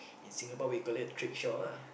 in Singapore we call it trickshaw ah